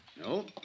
No